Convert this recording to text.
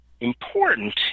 important